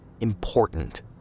important